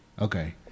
Okay